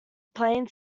plain